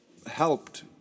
Helped